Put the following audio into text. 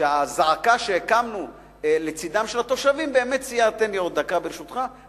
שהזעקה שהקמנו לצדם של התושבים באמת גרמה